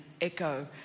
echo